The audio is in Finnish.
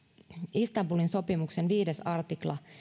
istanbulin sopimuksen viides artikla